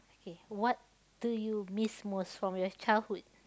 K what do you miss most from your childhood